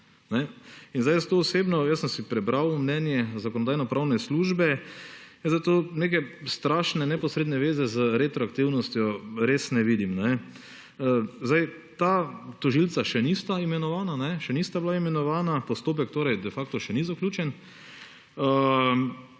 Jaz to osebno, jaz sem si prebral mnenje Zakonodajno-pravne službe, in tu neke strašne neposredne zveze z retroaktivnostjo res ne vidim. Ta tožilca še nista imenovana, še nista bila imenovana, postopek torej de facto še ni zaključen;